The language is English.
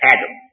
Adam